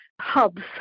hubs